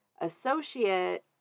associate